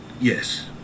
Yes